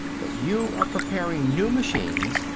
that you are preparing new machines,